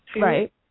Right